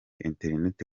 internet